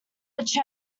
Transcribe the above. also